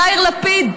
יאיר לפיד,